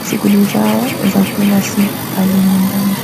shughuli zao za kila siku pale nyumbani.